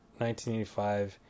1985